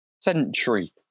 Century